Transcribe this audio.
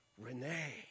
Renee